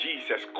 Jesus